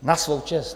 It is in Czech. Na svou čest!